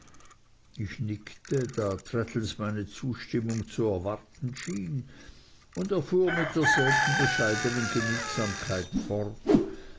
ich nickte da traddles meine zustimmung zu erwarten schien und er fuhr mit derselben bescheidenen genügsamkeit fort